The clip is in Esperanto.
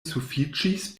sufiĉis